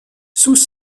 sous